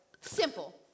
simple